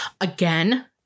Again